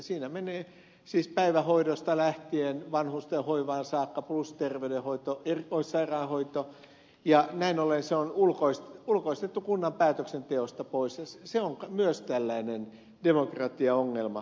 siinä menee siis päivähoidosta lähtien vanhustenhoivaan saakka plus terveydenhoito erikoissairaanhoito ja näin ollen se on ulkoistettu kunnan päätöksenteosta pois ja se on myös tällainen demokratiaongelma